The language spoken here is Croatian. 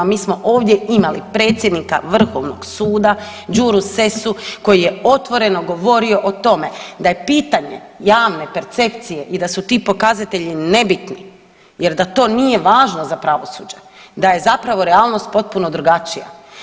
Mi smo ovdje imali predsjednika vrhovnog suda Đuru Sessu koji je otvoreno govorio o tome da je pitanje javne percepcije i da su ti pokazatelji nebitni jer da to nije važno za pravosuđe, da je zapravo realnost potpuno drugačija.